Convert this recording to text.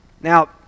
Now